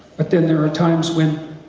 but then there are times when,